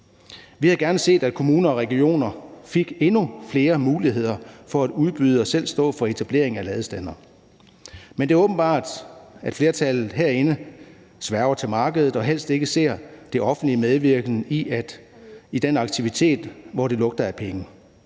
Vi havde gerne set, at kommuner og regioner fik endnu flere muligheder for at udbyde og selv stå for etablering af ladestandere, men det er åbenbart, at flertallet herinde sværger til markedet og helst ikke ser det offentliges medvirken til den aktivitet, hvor det lugter af penge.